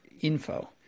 info